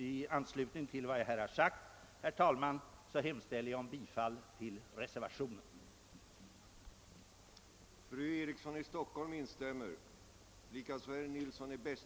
I anslutning till vad jag här sagt, herr talman, hemställer jag om bifall till reservationen. byggd statlig prognosverksamhet och ekonomisk planering i enlighet med vad reservanterna anfört.